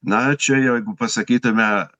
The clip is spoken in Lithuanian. na čia jeigu pasakytume